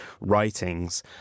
writings